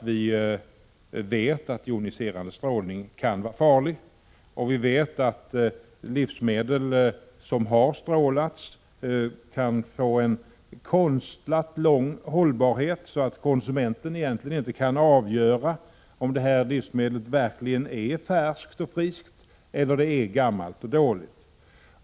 Vi vet att joniserande strålning kan vara farlig och att livsmedel som har strålats kan få en konstlat lång hållbarhet, så att konsumenten egentligen inte kan avgöra om livsmedlet verkligen är färskt och friskt eller om det är gammalt och dåligt.